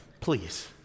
Please